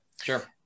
Sure